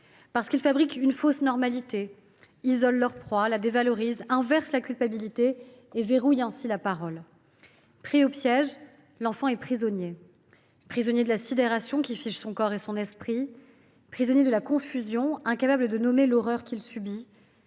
Parce qu’ils fabriquent une fausse normalité, isolent leur proie, la dévalorisent, inversent la culpabilité et verrouillent la parole. Pris au piège, l’enfant est prisonnier. Prisonnier de la sidération, qui fige son corps et son esprit. Prisonnier de la confusion, incapable de nommer l’horreur qu’il subit.